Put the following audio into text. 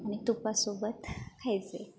आणि तुपासोबत खायचे